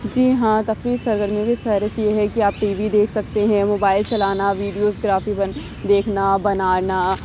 جی ہاں تفریحی سرگرمیوں کی فہرست یہ ہے کہ آپ ٹی وی دیکھ سکتے ہیں موبائل چلانا ویڈیوز گرافی دیکھنا بنانا